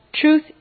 Truth